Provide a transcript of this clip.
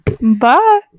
Bye